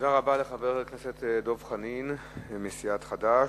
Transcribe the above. תודה רבה לחבר הכנסת דב חנין מסיעת חד"ש.